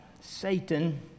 Satan